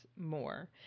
more